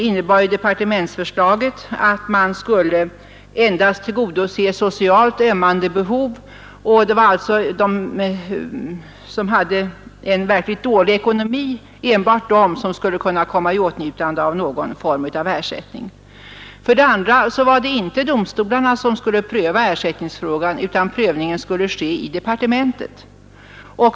Enligt departementsförslaget skulle endast socialt ömmande behov tillgodoses. Det var alltså enbart de som hade en verkligt dålig ekonomi som skulle kunna komma i åtnjutande av någon form av ersättning. För det andra var det inte domstolarna som skulle pröva ersättningsfrågorna utan prövningen skulle ske i departementet.